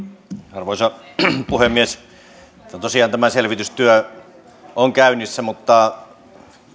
arvoisa puhemies tosiaan tämä selvitystyö on käynnissä mutta